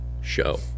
Show